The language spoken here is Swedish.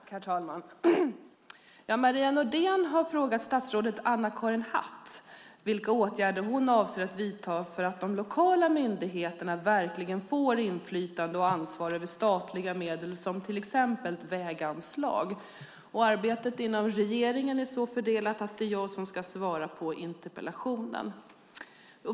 Herr talman! Maria Nordén har frågat statsrådet Anna-Karin Hatt vilka åtgärder hon avser att vidta för att de lokala myndigheterna verkligen får inflytande och ansvar över statliga medel som till exempel väganslag. Arbetet inom regeringen är så fördelat att det är jag som ska svara på interpellationen.